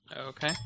Okay